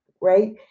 right